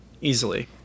easily